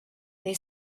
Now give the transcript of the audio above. they